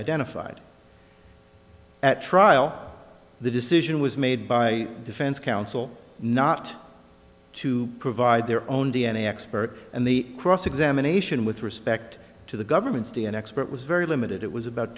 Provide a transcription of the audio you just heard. identified at trial the decision was made by defense counsel not to provide their own d n a expert and the cross examination with respect to the government's d n a expert was very limited it was about